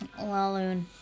Laloon